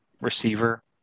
receiver